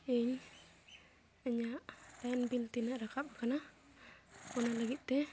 ᱤᱧ ᱤᱧᱟᱹᱜ line bill ᱛᱤᱱᱟᱹᱜ ᱨᱟᱠᱟᱵ ᱟᱠᱟᱱᱟ ᱚᱱᱟ ᱞᱟᱹᱜᱤᱫ ᱛᱮ